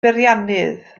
beiriannydd